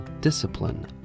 Discipline